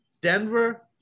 Denver